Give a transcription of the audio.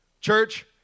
Church